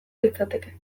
litzateke